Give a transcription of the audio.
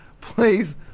please